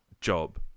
job